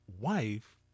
wife